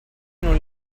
non